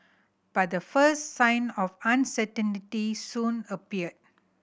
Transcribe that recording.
but the first sign of uncertainty soon appeared